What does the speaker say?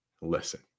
listen